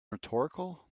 rhetorical